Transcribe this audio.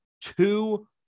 two